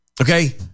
Okay